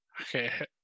Okay